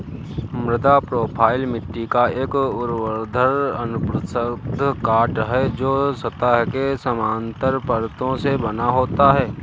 मृदा प्रोफ़ाइल मिट्टी का एक ऊर्ध्वाधर अनुप्रस्थ काट है, जो सतह के समानांतर परतों से बना होता है